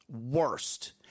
Worst